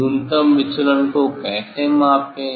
न्यूनतम विचलन को कैसे मापें